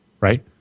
right